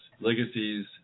legacies